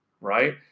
right